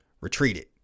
retreated